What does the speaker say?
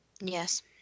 Yes